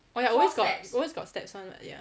oh ya always got always got steps [one] [what] ya